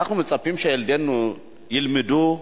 אנחנו מצפים שילדינו ילמדו,